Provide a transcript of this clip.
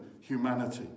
humanity